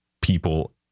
people